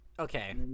Okay